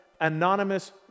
anonymous